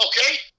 Okay